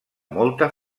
molta